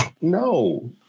No